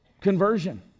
conversion